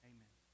Amen